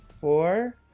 four